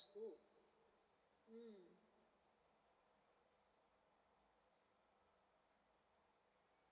mm